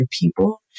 people